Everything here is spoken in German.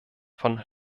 von